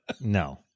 No